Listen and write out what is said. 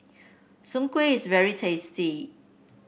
Soon Kueh is very tasty